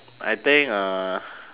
I think uh